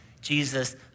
Jesus